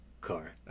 car